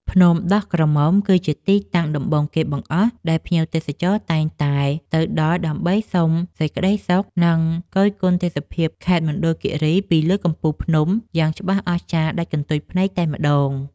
ភ្នំដោះក្រមុំ គឺជាទីតាំងដំបូងគេបង្អស់ដែលភ្ញៀវទេសចរតែងតែទៅដល់ដើម្បីសុំសេចក្តីសុខសប្បាយ និង គយគន់ទេសភាពខេត្តមណ្ឌលគីរីពីលើកំពូលភ្នំយ៉ាងច្បាស់អស្ចារ្យដាច់កន្ទុយភ្នែកតែម្តង។